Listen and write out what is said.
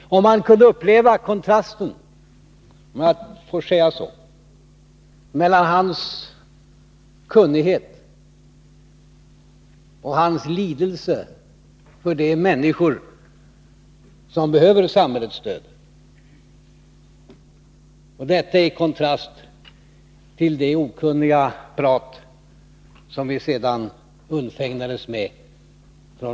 Man kunde uppleva kontrasten — om jag får säga så — mellan hans kunnighet och lidelse för de människor som behöver samhällets stöd och det okunniga prat från regeringsbänken som vi sedan undfägnades med.